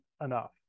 enough